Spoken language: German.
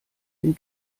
dem